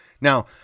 Now